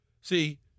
See